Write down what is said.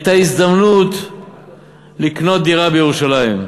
את ההזדמנות לקנות דירה בירושלים.